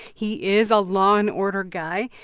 he is a law-and-order guy.